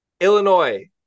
Illinois